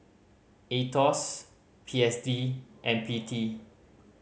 Aetos P S D and P T